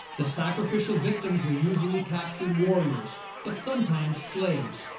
the sacrificial victims were usually captured warriors but sometimes slaves,